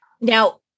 Now